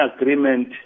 agreement